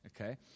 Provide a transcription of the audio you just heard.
okay